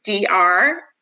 dr